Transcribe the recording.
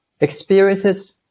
experiences